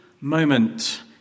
moment